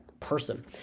person